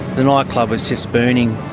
the nightclub was just burning.